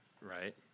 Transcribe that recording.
right